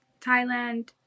Thailand